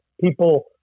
people